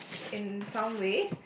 in some ways